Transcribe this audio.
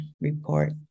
report